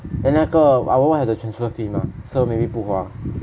then 那个 I won't have the transfer fee mah so maybe 不划